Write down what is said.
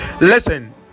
listen